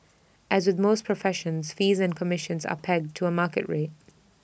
as with most professions fees and commissions are pegged to A market rate